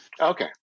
Okay